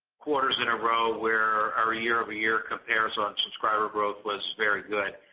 quarters in a row where our year-over-year comparison on subscriber growth was very good.